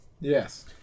Yes